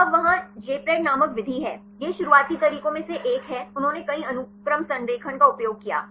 तो अब वहाँ Jpred नामक विधि है यह शुरुआती तरीकों में से एक है उन्होंने कई अनुक्रम संरेखण का उपयोग किया